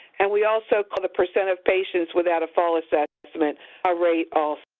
and we also call the percent of patients without a fall assessment a rate also.